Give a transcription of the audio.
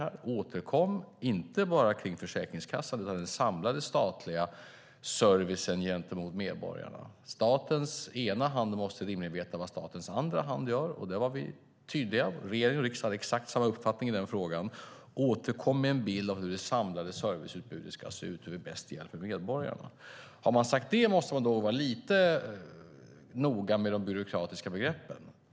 De ska återkomma inte bara om Försäkringskassan utan om den samlade statliga servicen till medborgarna. Statens ena hand måste rimligen veta vad statens andra hand gör. Här var vi tydliga, och regeringen och riksdag hade exakt samma uppfattning i frågan. Statskontoret ska återkomma med en bild av hur det samlade serviceutbudet ska se ut och hur vi bäst hjälper medborgarna. Har man sagt detta måste man vara lite noga med de byråkratiska begreppen.